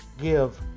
give